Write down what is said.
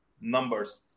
numbers